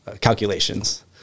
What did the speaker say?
calculations